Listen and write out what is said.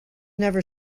never